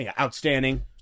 outstanding